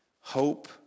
Hope